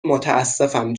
متاسفم